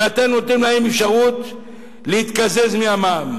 ואתם נותנים להם אפשרות להתקזז מהמע"מ,